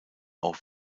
auch